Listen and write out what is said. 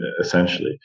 essentially